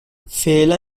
فعلا